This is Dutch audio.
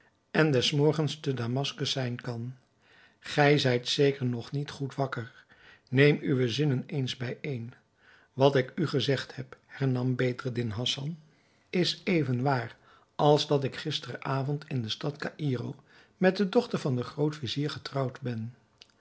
en des morgens te damaskus zijn kan gij zijt zeker nog niet goed wakker neem uwe zinnen eens bijeen wat ik u gezegd heb hernam bedreddin hassan is even waar als dat ik gisteren avond in de stad caïro met de dochter van den groot-vizier getrouwd ben